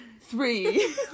three